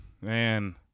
man